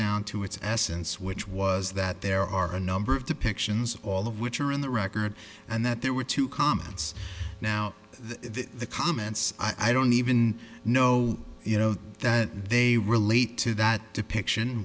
down to its essence which was that there are a number of depictions all of which are in the record and that there were two comments now the comments i don't even know you know that they relate to that depiction